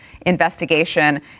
investigation